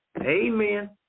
Amen